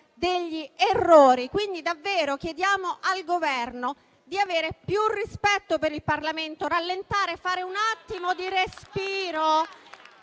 degli errori. Quindi, davvero chiediamo al Governo di avere più rispetto per il Parlamento, di rallentare, di prendere un attimo di respiro,